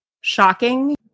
shocking